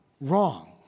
wrong